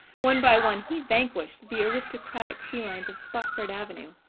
one by one he vanquished the aristocratic felines of spofford avenue.